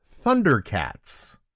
Thundercats